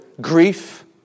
grief